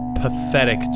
pathetic